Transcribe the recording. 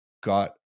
got